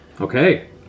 Okay